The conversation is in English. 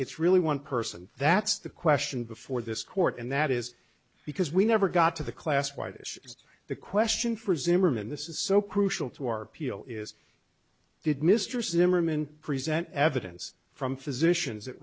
it's really one person that's the question before this court and that is because we never got to the class why this is the question for zimmerman this is so crucial to our p o is did mr zimmerman present evidence from physicians that